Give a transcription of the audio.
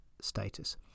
status